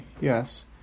yes